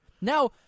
Now